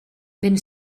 ben